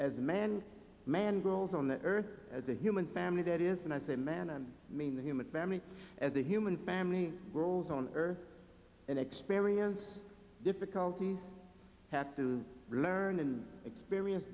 h as man man grows on the earth as a human family that is and i say man and mean the human family as a human family roles on earth and experience difficulties have to learn and experience